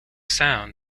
sound